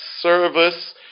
service